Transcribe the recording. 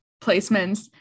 placements